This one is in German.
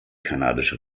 kanadische